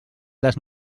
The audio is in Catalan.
les